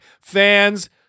fans